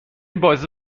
بازی